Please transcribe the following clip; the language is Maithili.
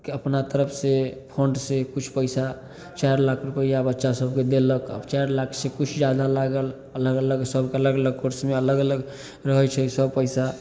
के अपना तरफसे फण्डसे किछु पइसा चारि लाख रुपैआ बच्चासभकेँ देलक आब चारि लाखसे किछु जादा लागल अलग अलग सभके अलग अलग कोर्समे अलग अलग रहै छै सब पइसा